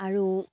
আৰু